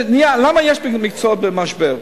למה יש מקצועות במשבר?